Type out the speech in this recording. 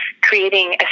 creating